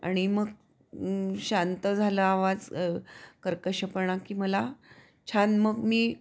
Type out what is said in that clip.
आणि मग शांत झालं आवाज कर्कशपणा की मला छान मग मी